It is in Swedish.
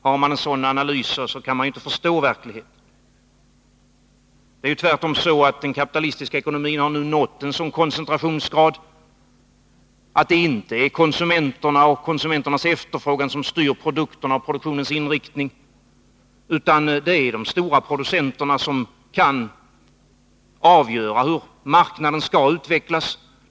Har man en sådan analys kan man inte förstå verkligheten. Det är tvärtom så att den kapitalistiska ekonomin nu har nått en sådan koncentrationsgrad att det inte är konsumenterna och konsumenternas efterfrågan som styr produkterna och produktionens inriktning, utan det är de stora producenterna som kan avgöra hur marknaden skall utvecklas.